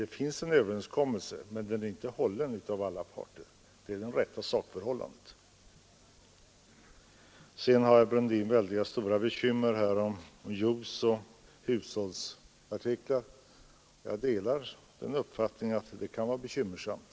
Det finns en överenskommelse, men den har inte hållits av alla parter — det är det rätta sakförhållandet. Sedan har herr Brundin väldigt stora bekymmer för juice i ”engångsförpackningar” respektive hushållsförpackningar. Jag delar uppfattningen att detta kan vara bekymmersamt.